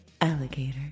alligator